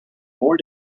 more